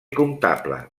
comptable